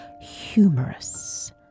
humorous